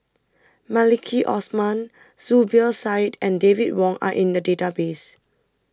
Maliki Osman Zubir Said and David Wong Are in The Database